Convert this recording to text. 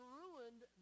ruined